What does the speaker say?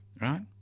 right